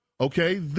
Okay